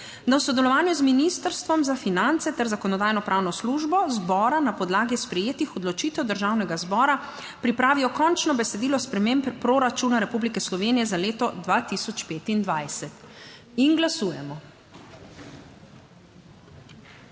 v sodelovanju z Ministrstvom za finance ter Zakonodajno-pravno službo zbora na podlagi sprejetih odločitev Državnega zbora pripravijo končno besedilo sprememb proračuna Republike Slovenije za leto 2025. Glasujemo.